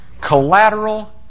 collateral